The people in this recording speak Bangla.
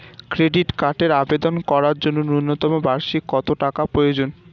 ক্রেডিট কার্ডের আবেদন করার জন্য ন্যূনতম বার্ষিক কত টাকা প্রয়োজন?